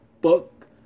book